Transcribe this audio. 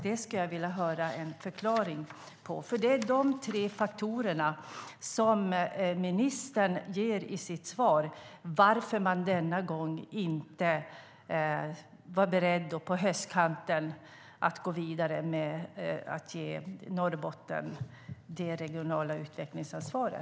Det skulle jag vilja höra en förklaring till, för det är de tre faktorerna som ministern anger i sitt svar på varför man denna gång, då på höstkanten, inte var beredd att gå vidare med att ge Norrbotten det regionala utvecklingsansvaret.